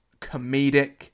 comedic